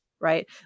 right